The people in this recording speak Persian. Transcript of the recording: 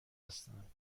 هستند